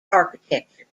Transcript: architecture